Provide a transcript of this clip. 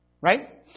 right